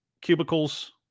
cubicles